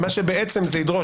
מה שבעצם זה ידרוש,